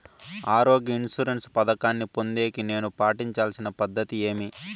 ఆరోగ్య ఇన్సూరెన్సు పథకాన్ని పొందేకి నేను పాటించాల్సిన పద్ధతి ఏమి?